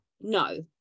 No